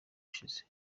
ushize